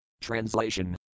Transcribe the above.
Translation